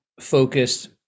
focused